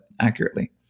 accurately